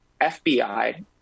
FBI